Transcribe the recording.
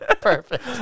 Perfect